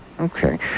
Okay